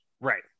Right